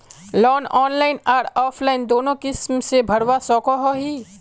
Loan online आर offline दोनों किसम के भरवा सकोहो ही?